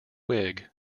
whig